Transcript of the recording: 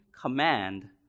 command